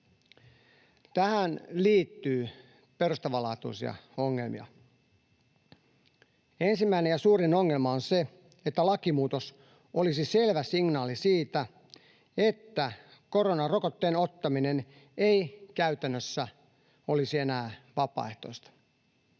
Tähän liittyy perustavanlaatuisia ongelmia: Ensimmäinen ja suurin ongelma on se, että lakimuutos olisi selvä signaali siitä, että koronarokotteen ottaminen ei käytännössä olisi enää vapaaehtoista.